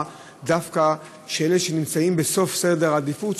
דווקא של אלה שנמצאים בסוף סדר העדיפויות,